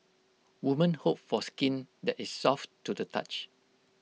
woman hope for skin that is soft to the touch